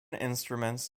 instruments